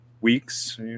weeks